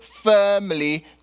firmly